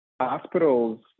Hospitals